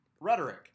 rhetoric